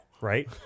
Right